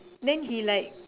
then he like